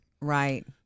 Right